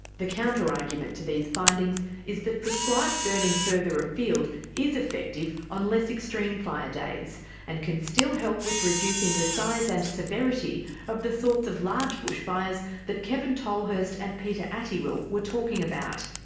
the counterargument to these findings is that prescribed burning further afield is effective on less extreme fire days and can still help with reducing the size and severity of the sorts of large bushfires that kevin tolhurst and peter attiwill were talking about.